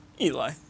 Eli